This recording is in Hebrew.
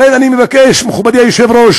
לכן אני מבקש, מכובדי היושב-ראש,